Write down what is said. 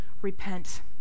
repent